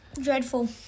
dreadful